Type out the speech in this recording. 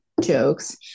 jokes